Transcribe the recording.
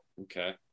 Okay